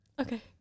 Okay